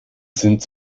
sind